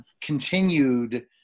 continued